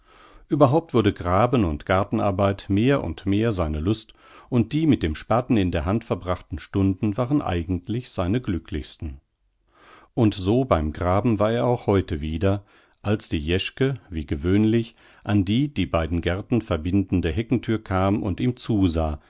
überhaupt wurde graben und gartenarbeit mehr und mehr seine lust und die mit dem spaten in der hand verbrachten stunden waren eigentlich seine glücklichsten und so beim graben war er auch heute wieder als die jeschke wie gewöhnlich an die die beiden gärten verbindende heckenthür kam und ihm zusah